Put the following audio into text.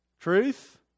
Truth